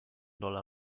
dollar